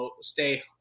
stay